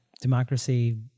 democracy